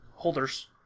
Holders